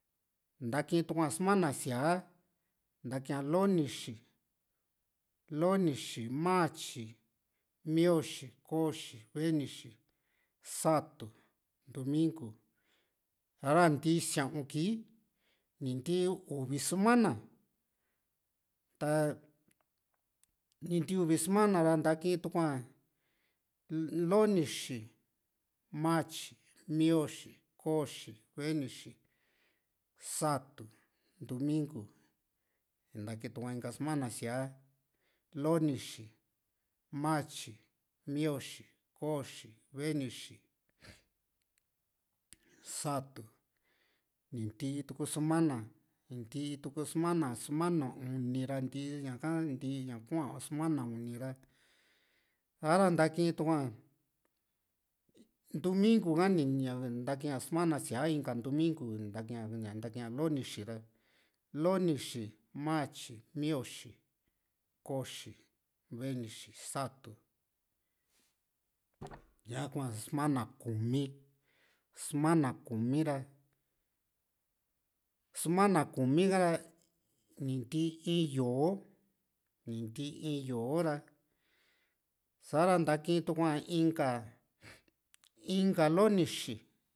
ntakitiua sumana sia ni ntakia lonixi lonixi, matyi, mioxi koxi, venixi, satu, ndumingu, ha´ra ni ntii sia´un ki ni ntii uvi sumana ta ni ntii uvi sumana ra ntakii tua lonixi, matyi, mioxi, koxi, venixi, satu, ndumingu, ni ntaakitua inka sumana siaa lonixi matyi mioxi koxi, venixi, satu nii ntii tuku sumana nii ntii tu sumana susumana uni ra ni ntii ña kuaa sumana uni ra ha´ra ntakituaa ndumingu ka ni ntakia sumana siaa inka numingu ntakia lonixi ra lonixi, matyi, mioxi, koxi, venixi, satu ñakuaa sumana kumi sumana kumi ra sumana kumi ka´ra ni ntii yó´o ni ntii yó´o ra sa´ra ntaki yukua inka inka lonixi